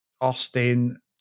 Austin